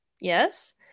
Yes